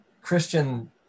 Christian